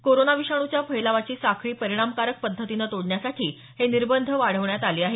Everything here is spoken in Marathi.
कोरोना विषाणूच्या फैलावाची साखळी परिणामकारक पद्धतीनं तोडण्यासाठी हे निर्बंध वाढवण्यात आले आहेत